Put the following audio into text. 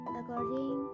according